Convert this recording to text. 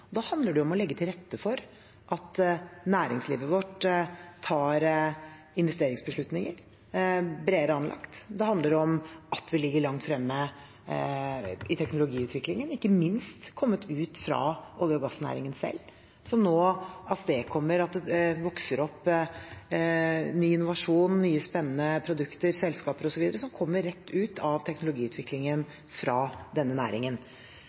Da handler det om å legge til rette for at næringslivet vårt tar investeringsbeslutninger som er bredere anlagt. Det handler om at vi ligger langt fremme i teknologiutviklingen, som ikke minst er kommet ut fra olje- og gassnæringen selv, som nå avstedkommer at det vokser opp ny innovasjon, nye spennende produkter, selskaper osv., som kommer rett ut av teknologiutviklingen fra denne næringen.